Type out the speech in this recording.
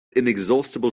inexhaustible